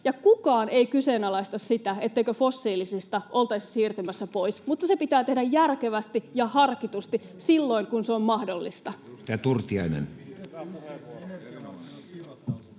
Kukaan ei kyseenalaista sitä, etteikö fossiilisista oltaisi siirtymässä pois, mutta se pitää tehdä järkevästi ja harkitusti silloin, kun se on mahdollista.